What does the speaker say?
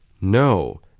No